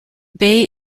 bay